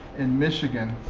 in michigan,